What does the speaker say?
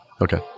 Okay